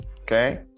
Okay